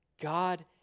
God